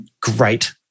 great